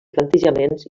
plantejaments